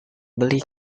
beli